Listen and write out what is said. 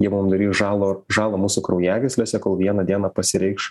jie mum dary žalo žalą mūsų kraujagyslėse kol vieną dieną pasireikš